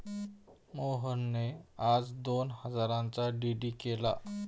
मोहनने आज दोन हजारांचा डी.डी केला